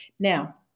Now